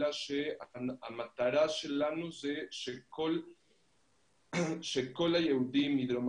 אלא שהמטרה שלנו זה שכל היהודים מדרום